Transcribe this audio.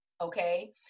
okay